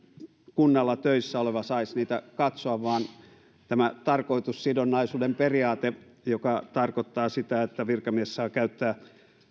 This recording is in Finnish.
kunnalla töissä oleva saisi niitä katsoa vaan on tämä tarkoitussidonnaisuuden periaate joka tarkoittaa sitä että virkamies saa käyttää